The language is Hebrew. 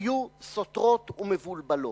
היו סותרות ומבולבלות.